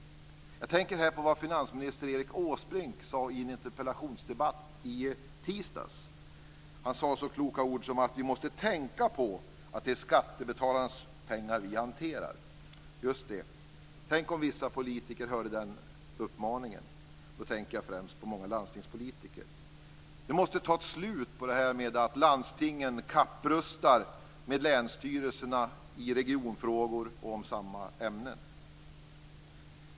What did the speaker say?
Jag tänker här på vad finansminister Erik Åsbrink sade i en interpellationsdebatt i tisdags. Han sade något så klokt som att vi måste tänka på att det är skattebetalarnas pengar vi hanterar. Just det, tänk om vissa politiker hörde den uppmaningen. Då tänker jag främst på många landstingspolitiker. Det måste bli ett slut på det här med att landstingen kapprustar med länsstyrelserna i regionfrågor och om samma ämnen.